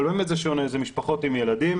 אבל זה שונה כי אלה משפחות עם ילדים